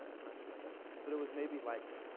that's not true, i guess. so it was maybe like,